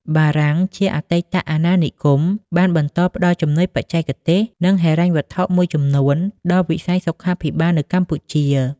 បារាំងដែលជាអតីតអាណានិគម បានបន្តផ្តល់ជំនួយបច្ចេកទេស និងហិរញ្ញវត្ថុមួយចំនួនដល់វិស័យសុខាភិបាលនៅកម្ពុជា។